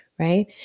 right